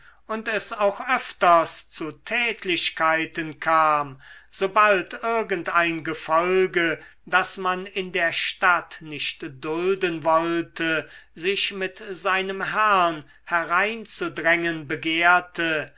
und es auch öfters zu tätlichkeiten kam sobald irgend ein gefolge das man in der stadt nicht dulden wollte sich mit seinem herrn hereinzudrängen begehrte